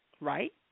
right